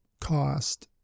cost